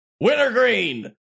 Wintergreen